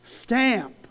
stamp